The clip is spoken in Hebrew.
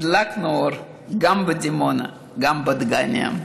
הדלקנו אור גם בדימונה גם בדגניה.